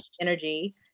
energy